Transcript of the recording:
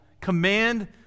command